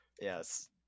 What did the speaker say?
yes